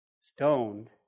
stoned